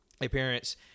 appearance